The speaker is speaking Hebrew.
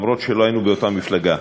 גם אם לא היינו באותה מפלגה,